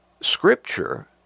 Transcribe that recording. scripture